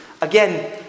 again